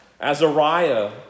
Azariah